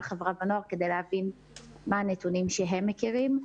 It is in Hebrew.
חברה ונוער כדי להבין מה הנתונים שהם מכירים.